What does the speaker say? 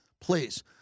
Please